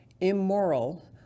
Immoral